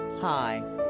Hi